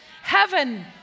Heaven